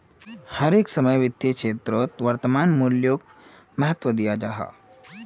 हर एक समयेत वित्तेर क्षेत्रोत वर्तमान मूल्योक महत्वा दियाल जाहा